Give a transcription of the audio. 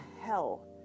hell